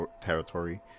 Territory